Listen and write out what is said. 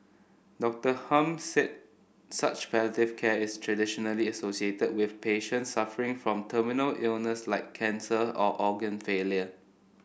Doctor Hum said such palliative care is traditionally associated with patients suffering from terminal illness like cancer or organ failure